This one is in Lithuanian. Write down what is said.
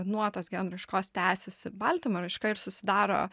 nuo tos genų raiškos tęsiasi baltymo raiška ir susidaro